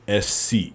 SC